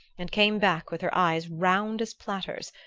and came back with her eyes round as platters,